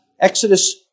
Exodus